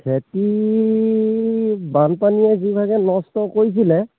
খেতি বানপানীয়ে যিভাগে নষ্ট কৰিছিলে